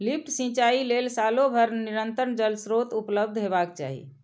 lift सिंचाइ लेल सालो भरि निरंतर जल स्रोत उपलब्ध हेबाक चाही